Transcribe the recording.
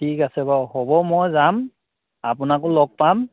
ঠিক আছে বাৰু হ'ব মই যাম আপোনাকো লগ পাম